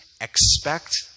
expect